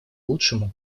лучшему